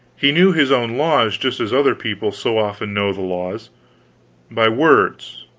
he knew his own laws just as other people so often know the laws by words,